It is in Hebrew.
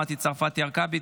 מטי צרפתי הרכבי,